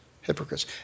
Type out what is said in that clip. hypocrites